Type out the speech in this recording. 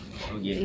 okay